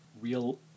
real